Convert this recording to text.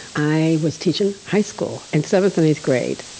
i was teaching high school and seven and eighth grade.